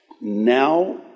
now